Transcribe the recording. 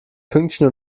pünktchen